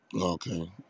Okay